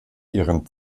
ihren